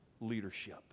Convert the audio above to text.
leadership